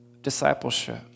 discipleship